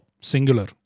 Singular